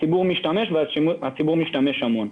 הציבור משמש והוא משתמש המון.